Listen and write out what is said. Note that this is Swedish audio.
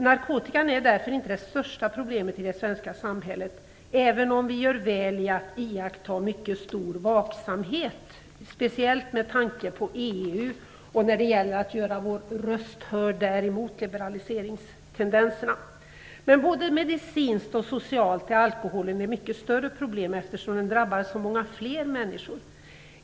Narkotikan är därför inte det största problemet i det svenska samhället, även om vi gör väl i att iaktta mycket stor vaksamhet, speciellt med tanke på EU och när det gäller att göra vår röst hörd där mot liberaliseringstendenserna. Alkoholen är ett så mycket större problem både medicinskt och socialt eftersom den drabbar så många fler människor.